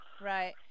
Right